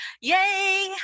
Yay